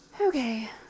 Okay